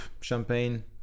champagne